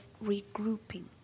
regrouping